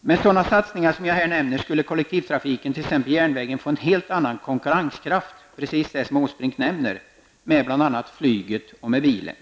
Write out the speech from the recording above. Med sådana satsningar jag här nämner skulle kollektivtrafiken, t.ex. järnvägen, få en helt annan konkurrenskraft, precis som Erik Åsbrink nämner, i förhållande till flyget och bilen.